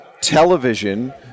television